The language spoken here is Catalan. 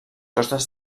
costes